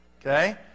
okay